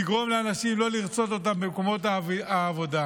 נגרום לאנשים לא לרצות אותם במקומות העבודה.